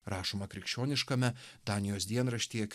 rašoma krikščioniškame danijos dienraštyje